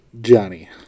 Johnny